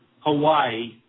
Hawaii